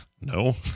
no